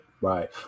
Right